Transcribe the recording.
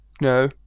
No